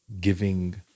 giving